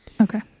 Okay